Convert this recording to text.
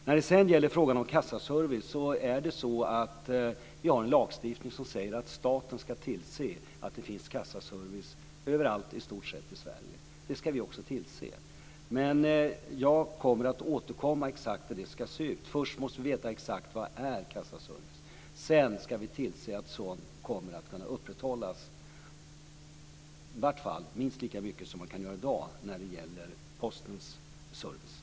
När det gäller frågan om kassaservice har vi en lagstiftning som säger att staten ska tillse att det finns kassaservice i stort sett överallt i Sverige. Det ska vi också tillse. Jag kommer att återkomma med hur det exakt ska se ut. Först måste vi veta exakt vad kassaservice är. Sedan ska vi tillse att sådan kommer att kunna upprätthållas på minst samma nivå som i dag när det gäller Postens service.